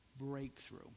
breakthrough